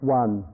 one